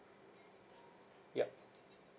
yup